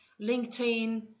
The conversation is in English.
LinkedIn